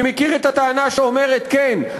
אני מכיר את הטענה שאומרת: כן,